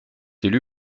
élu